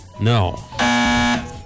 No